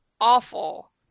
awful